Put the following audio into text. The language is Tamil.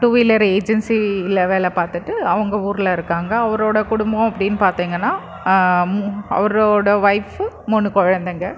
டூவீலர் ஏஜென்சியில் வேலை பார்த்துட்டு அவங்க ஊரில் இருக்காங்க அவரோடய குடும்பம் அப்படின்னு பார்த்தீங்கன்னா மு அவரோடய ஒயிஃப்ஃபு மூணு குழந்தைங்க